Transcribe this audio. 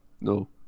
no